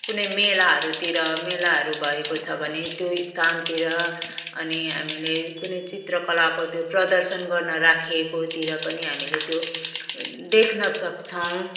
कुनै मेलाहरूतिर मेलाहरू भएको छ भने त्यो स्थानतिर अनि हामीले कुनै चित्रकलाको त्यो प्रदर्शन गर्न राखिएको तिर पनि हामीले त्यो देख्न सक्छौँ